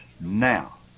now